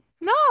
no